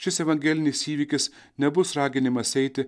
šis evangelinis įvykis nebus raginimas eiti